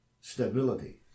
stability